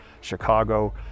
Chicago